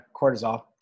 cortisol